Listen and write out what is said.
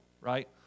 right